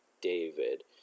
David